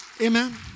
Amen